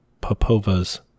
popova's